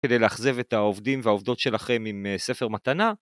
כדי לאכזב את העובדים והעובדות שלכם עם ספר מתנה.